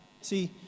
See